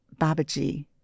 Babaji